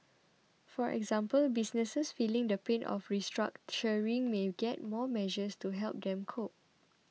for example businesses feeling the pain of restructuring may get more measures to help them cope